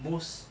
most